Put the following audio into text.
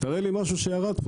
תראה לי משהו שירד.